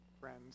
friends